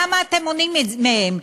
למה אתם מונעים מהם?